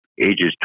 ages